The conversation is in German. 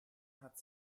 hatte